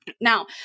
Now